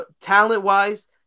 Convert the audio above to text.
Talent-wise